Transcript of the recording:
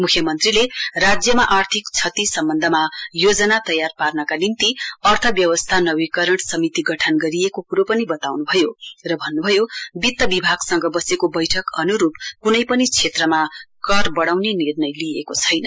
मुख्यमन्त्रीले राज्यमा आर्थिक क्षति सम्वन्धमा योजना तयार पार्नका निम्ति अर्थव्यवस्था नवीकरण समिति गठन गरिएको कुरो पनि बताउनु भयो र भन्नुभयो वित्त विभागसँग वसेको बैठक अनुरूप कुनै पनि क्षेत्रमा कर बढ़ाउने निर्णय लिइएको छैन